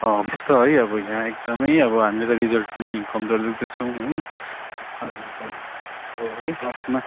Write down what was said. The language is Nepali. जस्तो है अब यहाँ एकदमै अब हामीले त रिजल्ट पनि कमजोरी देख्दैछौँ है अब है क्लासमा